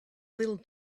little